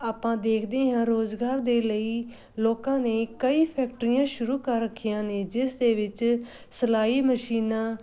ਆਪਾਂ ਦੇਖਦੇ ਹਾਂ ਰੋਜ਼ਗਾਰ ਦੇ ਲਈ ਲੋਕਾਂ ਨੇ ਕਈ ਫੈਕਟਰੀਆਂ ਸ਼ੁਰੂ ਕਰ ਰੱਖੀਆਂ ਨੇ ਜਿਸ ਦੇ ਵਿੱਚ ਸਿਲਾਈ ਮਸ਼ੀਨਾਂ